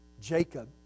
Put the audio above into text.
Jacob